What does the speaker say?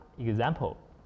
example